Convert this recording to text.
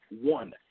one